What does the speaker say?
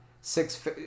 six